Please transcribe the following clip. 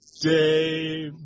day